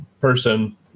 person